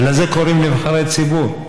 ולזה קוראים נבחרי ציבור.